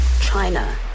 China